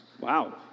Wow